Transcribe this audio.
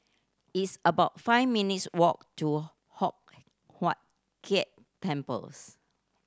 it's about five minutes walk to Hock Huat Keng Temples